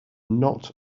not